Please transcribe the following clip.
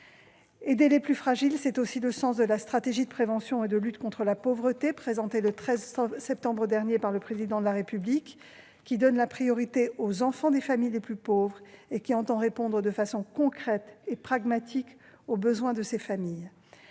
Aider les plus fragiles, c'est aussi le sens de la stratégie de prévention et de lutte contre la pauvreté présentée le 13 septembre dernier par le Président de la République, qui donne la priorité aux enfants des familles les plus pauvres et qui entend répondre de façon concrète et pragmatique aux besoins de ces familles.